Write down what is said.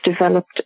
developed